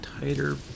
tighter